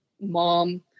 mom